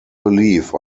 believe